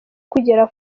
kugera